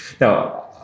Now